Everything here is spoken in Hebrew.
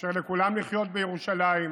נאפשר לכולם לחיות בירושלים,